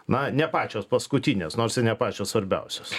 na ne pačios paskutinės nors ir ne pačios svarbiausios